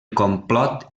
complot